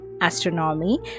Astronomy